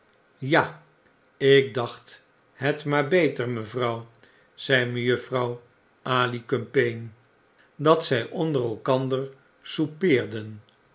ja ik dacht het maar beter mevrouw zei mmmmmmm roman van mejuppeouw nettie ashpord i mejuffrouw alicumpaine dat zjj onder elkander